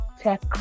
tech